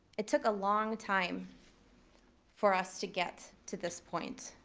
it took a long time for us to get to this point,